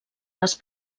les